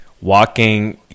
walking